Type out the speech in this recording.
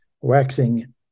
waxing